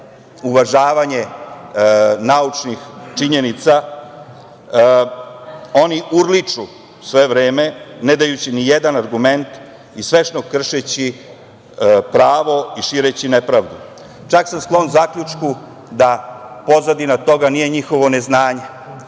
uvažavanje naučnih činjenica, oni urliču sve vreme, ne dajući nijedan argument i svesno kršeći pravo i šireći nepravdu. Čak sam sklon zaključku da pozadina toga nije njihovo neznanje,